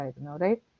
right